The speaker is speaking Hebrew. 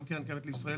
גם קרן קיימת לישראל